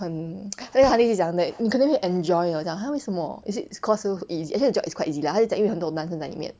很 那个 aunty 就讲 like 你可能会 enjoy hor 这样 !huh! 为什么 is it cause so easy actually the job is quite easy lah 她就讲因为很多男生在里面